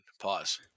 pause